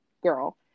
girl